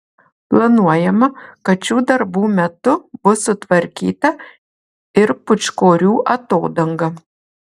planuojama kad šių darbų metu bus sutvarkyta ir pūčkorių atodanga